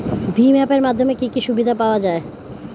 ভিম app এর মাধ্যমে কি কি সুবিধা পাওয়া যায়?